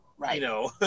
Right